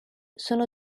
sono